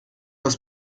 das